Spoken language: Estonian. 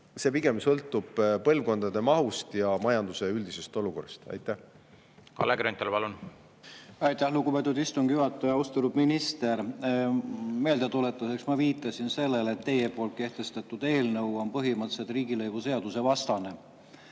see pigem sõltub põlvkondade mahust ja majanduse üldisest olukorrast. Kalle Grünthal, palun! Kalle Grünthal, palun! Aitäh, lugupeetud istungi juhataja! Austatud minister! Meeldetuletuseks: ma viitasin sellele, et teie kehtestatud eelnõu on põhimõtteliselt riigilõivuseadusvastane.